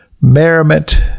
merriment